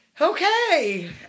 Okay